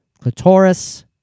clitoris